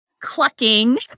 clucking